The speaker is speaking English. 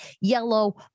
yellow